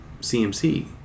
CMC